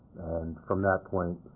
and from that point,